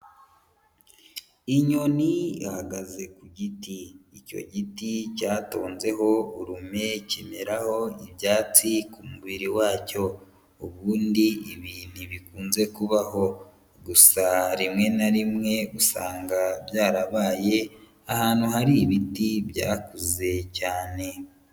Inyoni ihagaze ku giti, icyo giti cyatonzeho urume kimeraho ibyatsi ku mubiri wacyo, ubundi ibi ntubikunze kubaho, gusa rimwe na rimwe usanga byarabaye ahantu hari ibiti byakuze cyane.